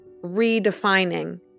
redefining